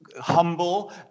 humble